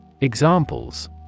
Examples